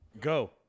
go